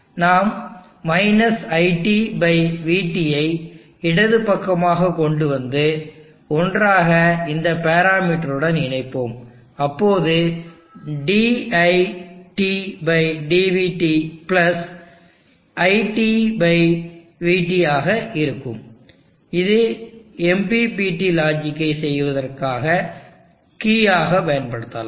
நாம் - iTvT ஐ இடது பக்கமாகக் கொண்டு வந்து ஒன்றாக இந்த பேராமீட்டர் உடன் இணைப்போம் அப்போது diTdvT iTvT ஆக இருக்கும் இது MPPT லாஜிக்கை செய்வதற்கான கீ ஆக பயன்படுத்தப்படலாம்